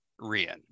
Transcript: Rian